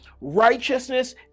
righteousness